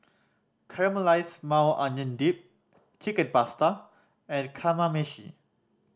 Caramelized Maui Onion Dip Chicken Pasta and Kamameshi